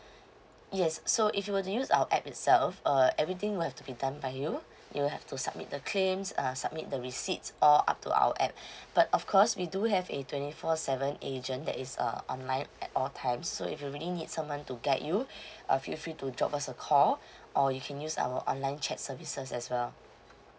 yes so if you were to use our app itself uh everything will have to be done by you you have to submit the claims uh submit the receipts all up to our app but of course we do have a twenty four seven agent that is uh online at all time so if you really need someone to guide you uh feel free to drop us a call or you can use our online chat services as well